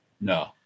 No